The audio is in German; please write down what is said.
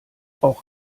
auch